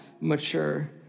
mature